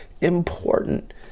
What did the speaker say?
important